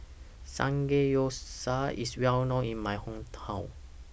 Samgeyopsal IS Well known in My Hometown